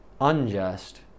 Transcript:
unjust